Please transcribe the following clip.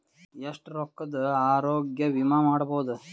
ಎಷ್ಟ ರೊಕ್ಕದ ಆರೋಗ್ಯ ವಿಮಾ ಮಾಡಬಹುದು?